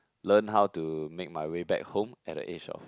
learn how to make my way back home at the age of